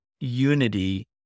unity